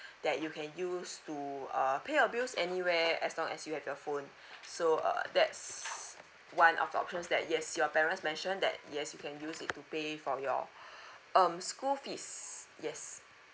that you can use to uh pay your bills anywhere as long as you have your phone so err that's one of the options that yes your parents mentioned that yes you can use it to pay for your um school fees yes